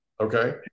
Okay